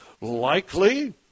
Likely